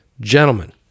gentlemen